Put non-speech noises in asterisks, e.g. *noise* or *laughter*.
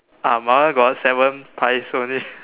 ah my one got seven pies only *laughs*